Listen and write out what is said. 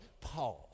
Pause